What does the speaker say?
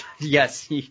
Yes